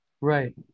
right